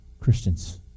Christians